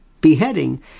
beheading